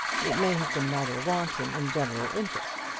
it may have been rather wanting in general interest.